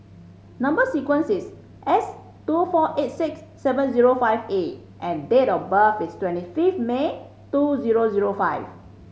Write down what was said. number sequence is S two four eight six seven zero five A and date of birth is twenty fifth May two zero zero five